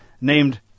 Named